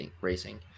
racing